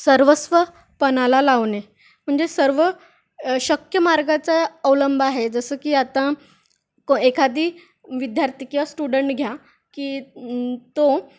सर्वस्व पणाला लावणे म्हणजे सर्व शक्य मार्गाचा अवलंब आहे जसं की आता को एखादी विद्यार्थी किंवा स्टुडंट घ्या की तो